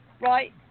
right